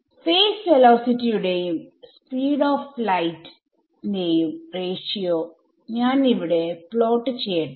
face വെലോസിറ്റിയുടെയും speed of light ന്റെയും ratio ഞാൻ ഇവിടെ പ്ലോട്ട് ചെയ്യട്ടെ